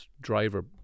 driver